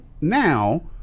Now